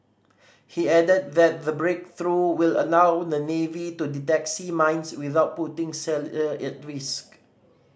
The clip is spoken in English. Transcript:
he added that the breakthrough will allow the navy to detect sea mines without putting sailor at risk